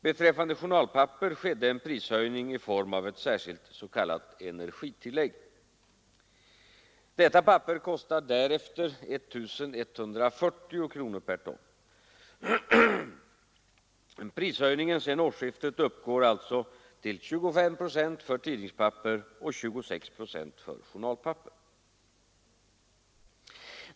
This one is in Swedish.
Beträffande journalpapper skedde en prishöjning i form av ett särskilt s.k. energitillägg. Detta papper kostar därefter 1 140 kronor per ton. Prishöjningen sedan årsskiftet uppgår sålunda till 25 procent för tidningspapper och 26 procent för journalpapper.